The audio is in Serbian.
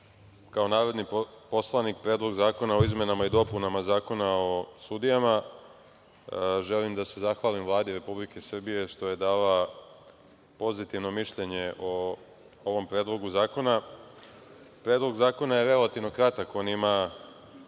kao narodni poslanik, Predlog zakona o izmenama i dopunama Zakona o sudijama. Želim da se zahvalim Vladi Republike Srbije što je dala pozitivno mišljenje o ovom Predlogu zakona. Predlog zakona je relativno kratak, on ima